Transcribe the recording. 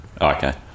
Okay